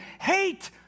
hate